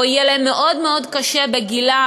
או יהיה להם מאוד מאוד קשה בגילם.